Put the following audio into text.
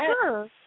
Sure